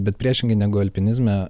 bet priešingai negu alpinizme